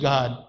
God